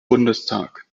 bundestag